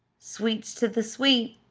sweets to the sweet!